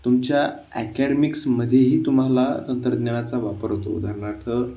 तुमच्या अकॅडमिक्समध्येही तुम्हाला तंत्रज्ञानाचा वापर होतो उदाहरणार्थ